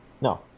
No